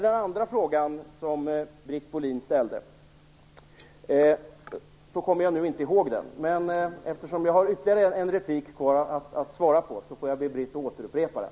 Den andra fråga Britt Bohlin ställde kommer jag inte ihåg nu. Men eftersom jag har ytterligare en replik på mig att svara ber jag henne upprepa den.